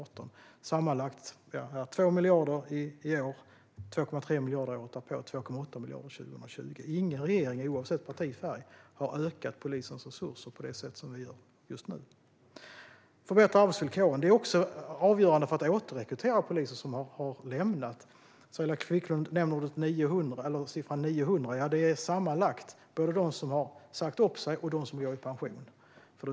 Den är på 2 miljarder i år, 2,3 miljarder året därpå och 2,8 miljarder 2020. Ingen regering, oavsett partifärg, har ökat polisens resurser på det sätt som vi gör just nu. Att förbättra arbetsvillkoren är också avgörande för att kunna återrekrytera poliser som har lämnat yrket. Saila Quicklund nämner siffran 900. Det är den sammanlagda siffran för dem som har sagt upp sig och dem som går i pension.